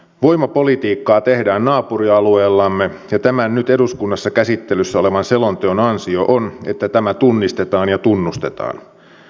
voimapolitiikkaa tehdään naapurialueillamme ja tämän nyt eduskunnassa käsittelyssä olevan selonteon ansio on että tämä tunnistetaan ja tunnustetaan